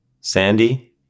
Sandy